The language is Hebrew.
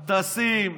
טסים,